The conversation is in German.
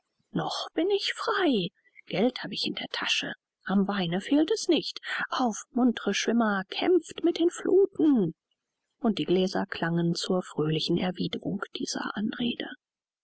noch bin ich frei geld hab ich in der tasche am weine fehlt es nicht auf muntre schwimmer kämpft mit den fluthen und die gläser klangen zur fröhlichen erwiderung dieser anrede